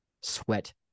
sweat